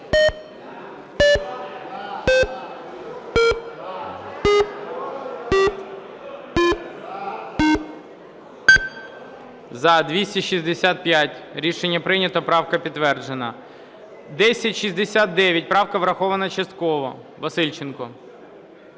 За-265 Рішення прийнято. Правка підтверджена. 1069. Правка врахована частково. Васильченко.